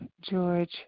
George